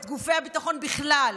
את גופי הביטחון בכלל,